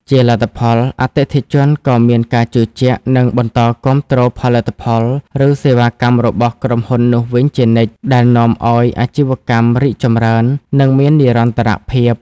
ជាលទ្ធផល អតិថិជនក៏មានការជឿជាក់ និងបន្តគាំទ្រផលិតផល ឬសេវាកម្មរបស់ក្រុមហ៊ុននោះវិញជានិច្ច ដែលនាំឲ្យអាជីវកម្មរីកចម្រើន និងមាននិរន្តរភាព។